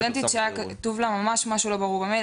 אתמול דיברתי עם סטודנטית שהיה כתוב לה משהו ממש לא ברור במייל.